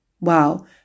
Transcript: Wow